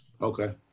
Okay